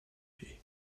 бий